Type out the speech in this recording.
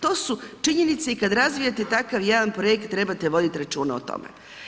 To su činjenice i kad razvijate takav jedan projekt, trebate voditi računa o tome.